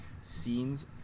scenes